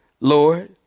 Lord